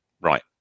Right